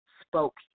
spoke